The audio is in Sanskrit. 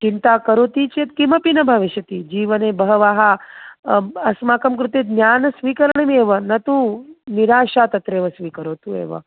चिन्ता करोति चेत् किमपि न भविष्यति जीवने बहवः अस्माकं कृते ज्ञानस्वीकरणमेव न तु निराशा तत्रेव स्वीकरोतु एव